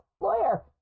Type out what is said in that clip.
lawyer